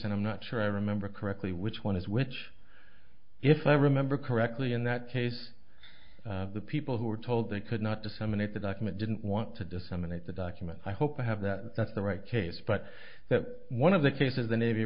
and i'm not sure i remember correctly which one is which if i remember correctly in that case the people who were told they could not disseminate the document didn't want to disseminate the documents i hope to have that that's the right case but that one of the cases the navy